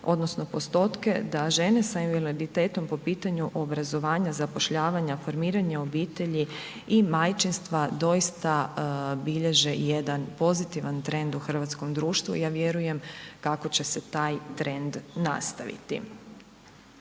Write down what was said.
odnosno postotke da žene sa invaliditetom po pitanju obrazovanja, zapošljavanja, formiranja obitelji i majčinstva doista bilježe jedan pozitivan trend u hrvatskom društvu i ja vjerujem kako će se taj trend nastaviti.